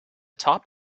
top